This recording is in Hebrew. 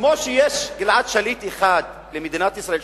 כמו שיש גלעד שליט אחד למדינת ישראל,